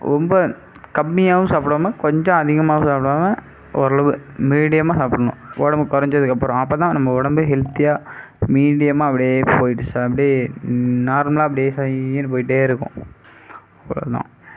ரொம்ப கம்மியாகவும் சாப்பிடாம கொஞ்சம் அதிகமாகவும் சாப்பிடுவாங்க ஓரளவு மீடியமாக சாப்பிட்ணும் உடம்பு குறைஞ்சதுக்கப்புறம் அப்போதான் நம்ம உடம்பே ஹெல்தியாக மீடியமாக அப்படியே போய்விட்டு அப்படி அப்படியே நார்மலாக அப்படியே சொயினு போய்கிட்டே இருக்கும் அவ்வளோதான்